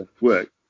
work